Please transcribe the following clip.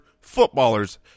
footballers